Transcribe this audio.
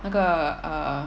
那个 err